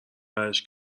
برش